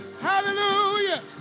Hallelujah